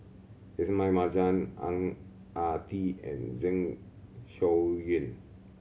Ismail Marjan Ang Ah Tee and Zeng Shouyin